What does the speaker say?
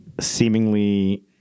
seemingly